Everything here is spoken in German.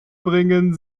bringen